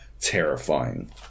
terrifying